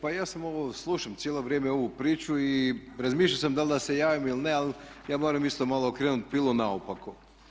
Pa ja sam ovo, slušam cijelo vrijeme cijelu ovu priču i razmišljao sam da li da se javim ili ne ali ja moram isto malo okrenuti pilu naopako.